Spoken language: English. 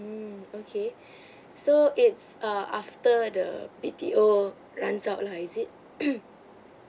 mm okay so it's err after the B_T_O runs out lah is it